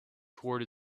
toward